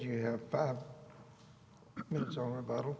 you have five minutes or a bottle